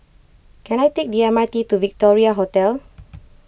can I take the M R T to Victoria Hotel